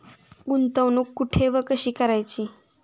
गुंतवणूक कुठे व कशी करायची?